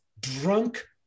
drunk